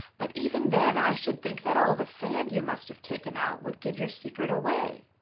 but even then, i should think that all the sand you must have taken out would give your secret away,